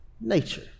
nature